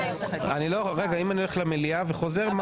רגע, אם אני הולך למליאה וחוזר?